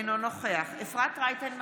אינו נוכח אפרת רייטן מרום,